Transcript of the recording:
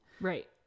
Right